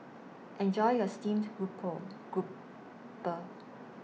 Enjoy your Steamed Grouper Grouper